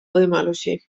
võimalusi